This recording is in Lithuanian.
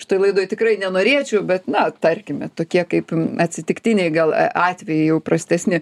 šitoj laidoj tikrai nenorėčiau bet na tarkime tokie kaip atsitiktiniai gal atvejai jau prastesni